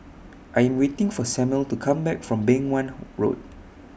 I Am waiting For Samuel to Come Back from Beng Wan Road